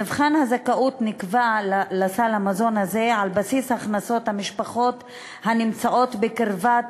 מבחן הזכאות לסל המזון הזה נקבע על בסיס הכנסות המשפחות הנמצאות בקרבת